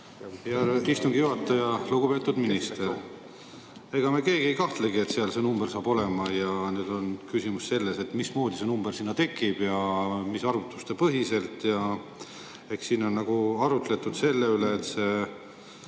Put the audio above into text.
hea istungi juhataja! Lugupeetud minister! Ega me keegi ei kahtlegi, et seal on see number olemas. Aga nüüd on küsimus selles, mismoodi see number sinna tekib ja mis arvutuste põhjal. Eks siin on arutletud selle üle, et